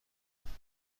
بودند